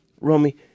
Romy